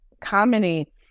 comedy